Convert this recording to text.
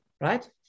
right